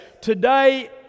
today